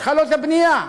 התחלות הבנייה?